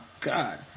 God